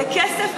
זה כסף,